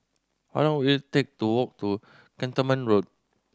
how long will it take to walk to Cantonment Road